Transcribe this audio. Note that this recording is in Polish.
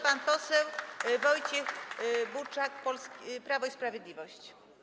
Pan poseł Wojciech Buczak, Prawo i Sprawiedliwość.